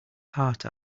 heart